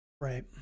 Right